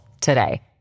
today